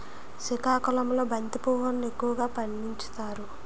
సికాకుళంలో బంతి పువ్వులును ఎక్కువగా పండించుతారు